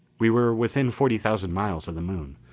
we were within forty thousand miles of the moon.